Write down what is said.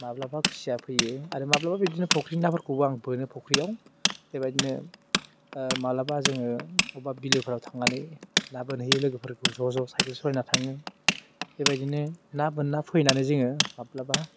माब्लाबा खुसिया फैयो आरो माब्लाबा बिदिनो फख्रिनि नाफोरखौबो आं बोनो फख्रियाव बेबायदिनो मालाबा जोङो बबेबा बिलोफ्राव थांनानै ना बोनहैयो लोगोफोरखौ ज' ज' साइकेल सलायना थाङो बेबायदिनो ना बोनना फैनानै जोङो माब्लाबा